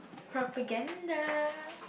propaganda